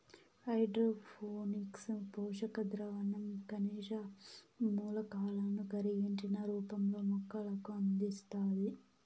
hydroponics పోషక ద్రావణం ఖనిజ మూలకాలను కరిగించిన రూపంలో మొక్కలకు అందిస్తాది